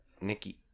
Nikki